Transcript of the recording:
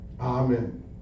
Amen